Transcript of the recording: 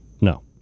No